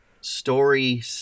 story